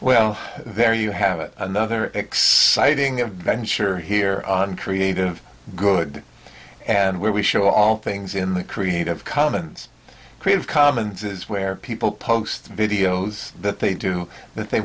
well there you have it another exciting adventure here on creative good and where we should all things in the creative commons creative commons is where people post videos that they do th